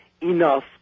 enough